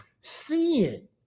Sin